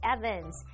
Evans